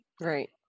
Right